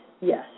Yes